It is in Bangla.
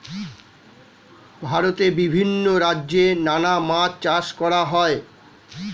ভারতে বিভিন্ন রাজ্যে নানা মাছ চাষ করা হয়